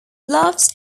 bluffs